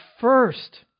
first